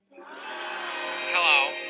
Hello